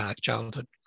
childhood